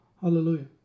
hallelujah